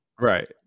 Right